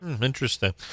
Interesting